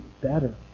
better